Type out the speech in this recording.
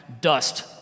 dust